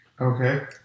Okay